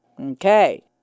Okay